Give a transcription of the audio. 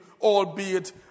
albeit